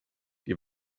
die